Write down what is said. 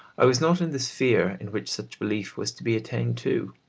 i was not in the sphere in which such belief was to be attained to.